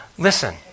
Listen